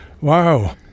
Wow